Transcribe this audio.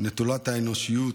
נטולת האנושיות